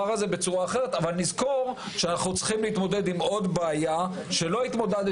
מידע בשפתן עם הזכויות שלהן כפי שקבע אותן המשרד,